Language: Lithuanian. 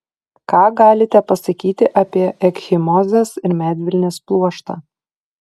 ką galite pasakyti apie ekchimozes ir medvilnės pluoštą